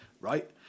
right